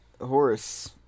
Horace